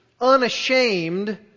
unashamed